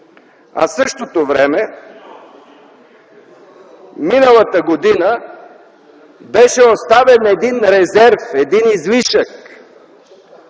в същото време миналата година беше оставен един резерв, един излишък,